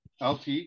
LT